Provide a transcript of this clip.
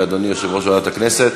43),